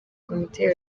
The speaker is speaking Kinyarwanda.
komite